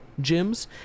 gyms